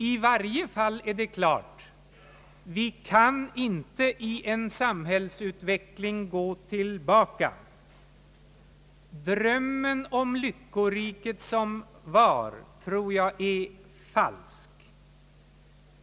I varje fall är det klart att vi inte kan gå tillbaka i en samhällsutveckling. Drömmen om lyckoriket som var tror jag är falsk.